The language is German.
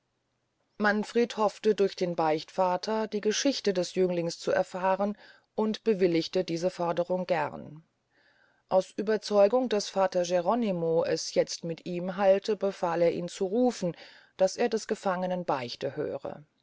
manfred hofte durch den beichtvater die geschichte des jünglings zu erfahren und bewilligte diese forderung gern aus ueberzeugung daß vater geronimo es jetzt mit ihm halte befahl er ihn zu rufen daß er des gefangenen beichte höre